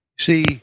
See